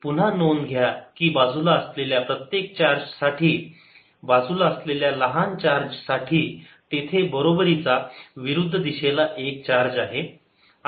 पुन्हा नोंद घ्या की बाजूला असलेल्या प्रत्येक चार्ज साठी बाजूला असलेल्या लहान चार्ज साठी तेथे बरोबरीचा विरुद्ध दिशेला एक चार्ज आहे